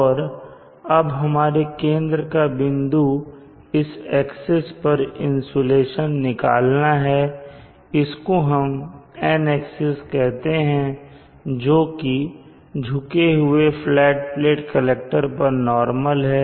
और अब हमारे केंद्र का बिंदु इस एक्सिस पर इंसुलेशन निकालना है इसको हम N एक्सिस कहते हैं जो कि झुके हुए फ्लैट प्लेट कलेक्टर पर नॉर्मल है